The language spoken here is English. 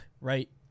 right